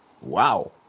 Wow